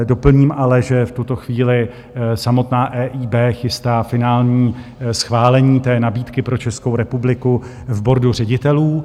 Doplním ale, že v tuto chvíli samotná EIB chystá finální schválení nabídky pro Českou republiku v boardu ředitelů.